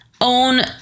own